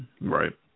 Right